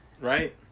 Right